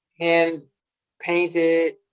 hand-painted